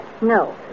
No